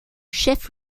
chef